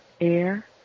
air